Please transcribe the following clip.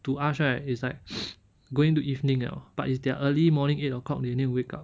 to us right it's like going to evening liao but it's their early morning eight o'clock they need to wake up